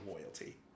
loyalty